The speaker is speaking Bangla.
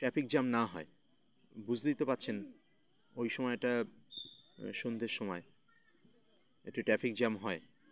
ট্র্যাফিক জ্যাম না হয় বুঝতেই তো পারছেন ওই সময়টা সন্ধের সময় একটু ট্র্যাফিক জ্যাম হয়